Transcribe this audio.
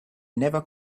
never